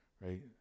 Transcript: Right